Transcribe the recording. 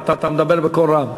אתה מדבר בקול רם.